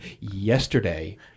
yesterday